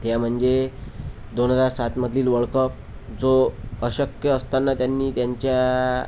त्या म्हणजे दोन हजार सातमधील वर्ल्डकप जो अशक्य असताना त्यांनी त्यांच्या